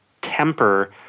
temper